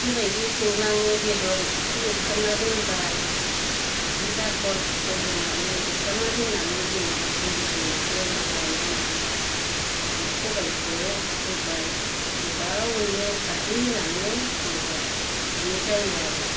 बेफोर संलाङो बेदर एसे एवफ्रामना दोनबाय बि बाखर बुखर होनानै एवफ्रामना दोननानै दिनै आरो दै गुदुंखौ लुलाना होनानै बि सबाइखौ होबाय गोबावैनो खारदै होनानै संबाय बिनो जायो आरो